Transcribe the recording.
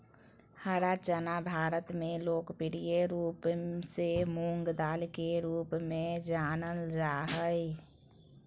हरा चना भारत में लोकप्रिय रूप से मूंगदाल के रूप में जानल जा हइ